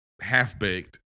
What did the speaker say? half-baked